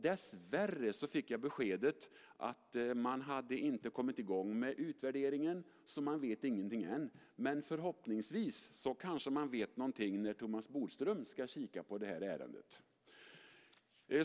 Dessvärre fick jag beskedet att man inte hade kommit i gång med utvärderingen, så man vet ingenting än. Men förhoppningsvis vet man någonting när Thomas Bodström ska kika på det här ärendet.